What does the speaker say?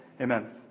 Amen